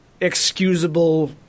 excusable